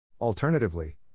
Alternatively